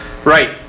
Right